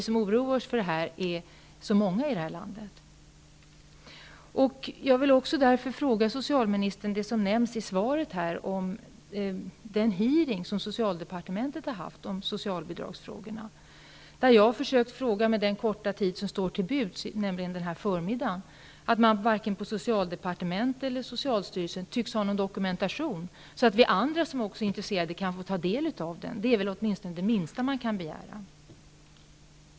Det förefaller som att vi som oroar oss för detta inte tycks vara så många i det här landet. I svaret omnämndes den hearing som socialdepartementet har haft om socialbidragsfrågorna. Jag försökte ställa frågor under den korta tid som stod till buds, nämligen en förmiddag. Men man tycks inte ha någon dokumentation, vare sig på socialdepartementet eller på socialstyrelsen, så att vi andra som också är intresserade kan få ta del av den. Det är väl åtminstone det minsta som man kan begära.